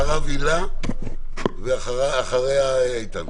אחריו הילה, ואחריה איתן.